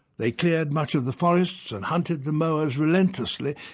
they cleared much of the forests and hunted the moas relentlessly,